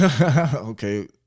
Okay